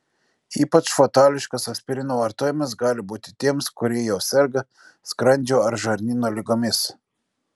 ypač fatališkas aspirino vartojimas gali būti tiems kurie jau serga skrandžio ar žarnyno ligomis